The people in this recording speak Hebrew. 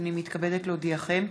הנני מתכבדת להודיעכם,